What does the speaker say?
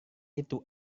itu